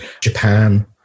Japan